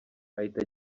ahita